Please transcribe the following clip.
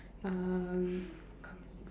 um